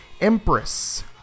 Empress